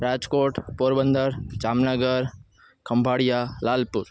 Rajkot Porbandar Jamnagar Khambhalia Lalpur